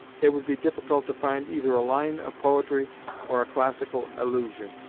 it would be difficult to find either a line of poetry or a classical allusion.